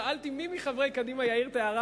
שאלתי מי מחברי קדימה יעיר את ההערה